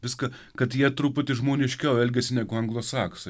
viską kad jie truputį žmoniškiau elgėsi negu anglosaksai